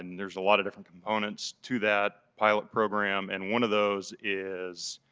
and there's a lot of different components to that pilot program and one of those is